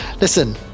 Listen